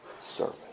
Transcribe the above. service